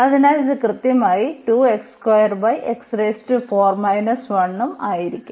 അതിനാൽ ഇത് കൃത്യമായി ഉം ആയിരിക്കും